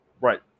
right